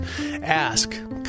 Ask